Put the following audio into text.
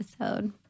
episode